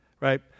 Right